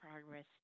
progress